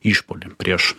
išpuolį prieš